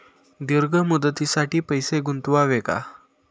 दीर्घ मुदतीसाठी पैसे गुंतवावे का?